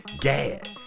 Gad